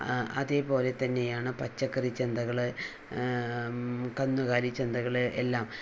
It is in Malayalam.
അതുപോലെ തന്നെയാണ് പച്ചക്കറിച്ചന്തകൾ കന്നുകാലിച്ചന്തകൾ എല്ലാം